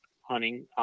hunting